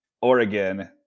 Oregon